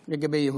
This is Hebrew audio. לגבי יהודים.